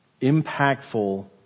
impactful